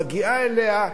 מגיעה אליה,